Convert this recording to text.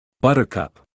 Buttercup